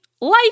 life